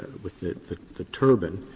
with the the the turban,